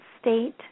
state